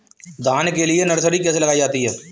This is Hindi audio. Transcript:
धान के लिए नर्सरी कैसे लगाई जाती है?